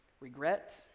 regret